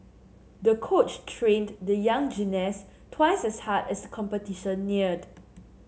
the coach trained the young gymnast twice as hard as the competition neared